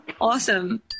awesome